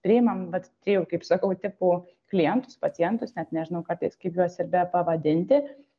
priimam vat trijų kaip sakau tipų klientus pacientus net nežinau kartais kaip juos ir bepavadinti